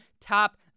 Top